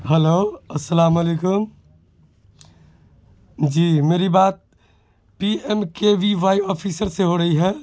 hello السلام علیکم جی میری بات P M K V Y officer سے ہو رہی ہے